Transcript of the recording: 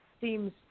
seems